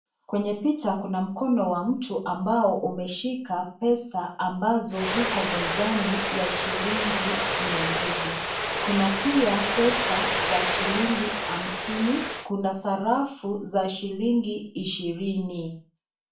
Mwenye picha kuna mkono wa mtu ambao umeshika pesa ambazo ziko mezani ya shilingi mia mbili. Kuna pia pesa za shilingi hamsini, Kuna sarafu za shilingi ishirini.